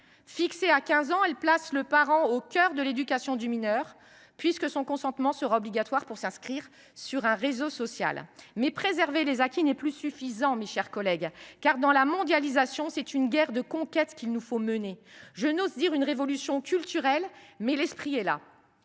Fixée à 15 ans, elle place le parent au cœur de l’éducation du mineur, puisque son consentement sera obligatoire pour s’inscrire sur un réseau social. Mais préserver les acquis n’est plus suffisant, mes chers collègues. Dans la mondialisation, c’est une guerre de conquête qu’il nous faut mener. Je n’ose dire « une révolution culturelle », mais l’esprit est là.